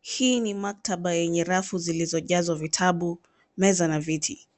Hii ni maktaba yenye rafu zilizojazwa vitabu, meza na viti.